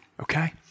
Okay